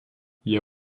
jie